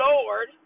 Lord